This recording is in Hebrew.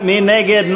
מי נגד?